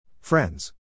Friends